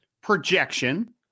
projection